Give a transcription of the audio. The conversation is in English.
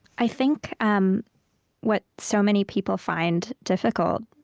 i think um what so many people find difficult